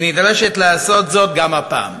היא נדרשת לעשות זאת גם הפעם.